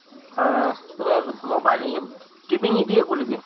ᱛᱚᱵᱮ ᱴᱤᱵᱷᱤᱧ ᱤᱫᱤ ᱟᱹᱜᱩ ᱞᱮᱜᱮ